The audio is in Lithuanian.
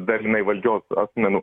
dalinai valdžios asmenų